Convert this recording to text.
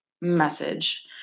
message